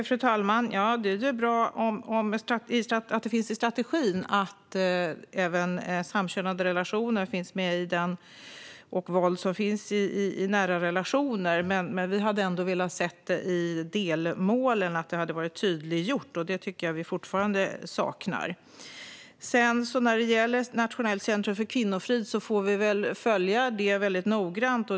Fru talman! Det är ju bra att även samkönade relationer och det våld som finns i nära relationer finns med i strategin, men vi hade ändå velat se att det var tydliggjort i delmålen. Det tycker jag att vi fortfarande saknar. När det gäller Nationellt centrum för kvinnofrid får vi väl följa det hela väldigt noggrant.